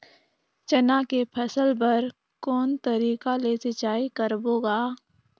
चना के फसल बर कोन तरीका ले सिंचाई करबो गा?